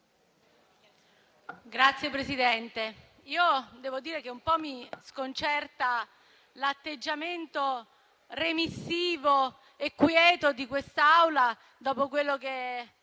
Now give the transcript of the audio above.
Signor Presidente, devo dire che un po' mi sconcerta l'atteggiamento remissivo e quieto di quest'Assemblea, dopo quanto è